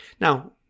Now